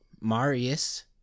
Marius